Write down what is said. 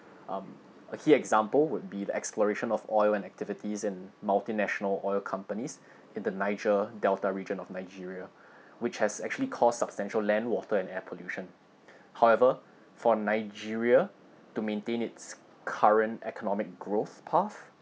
um a key example would be the exploration of oil and activities in multinational oil companies in the niger delta region of nigeria which has actually caused substantial land water and air pollution however for nigeria to maintain its current economic growth path